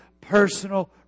personal